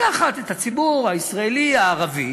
לקחת את הציבור הישראלי הערבי